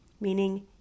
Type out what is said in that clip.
Meaning